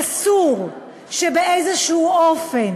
אסור שבאופן